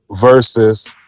versus